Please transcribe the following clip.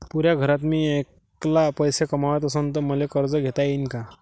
पुऱ्या घरात मी ऐकला पैसे कमवत असन तर मले कर्ज घेता येईन का?